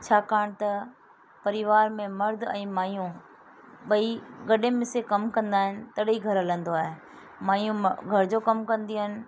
छाकाणि त परिवार में मर्द ऐं माइयूं ॿई गॾे मिसे कमु कंदा आहिनि तॾहिं घर हलंदो आहे माइयूं घर जो कमु कंदियूं आहिनि